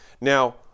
Now